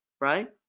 Right